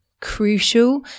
crucial